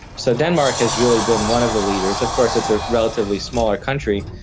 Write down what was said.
so denmark has really been one of the leaders. of course it's a relatively smaller country,